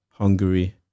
Hungary